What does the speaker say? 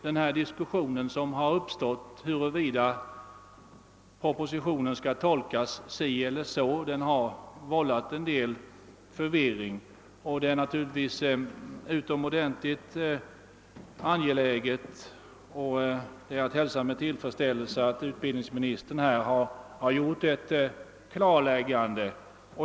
Den diskussion som uppstått huruvida propositionen skall tolkas si eller så har vållat en del förvirring, och det är naturligtvis utomordentligt angeläget och att hälsa med tillfredsställelse att utbildningsministern här gjort ett klarläggande.